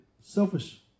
Selfish